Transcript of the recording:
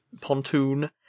pontoon